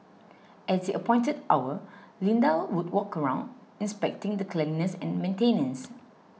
at the appointed hour Linda would walk around inspecting the cleanliness and maintenance